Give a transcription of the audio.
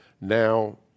Now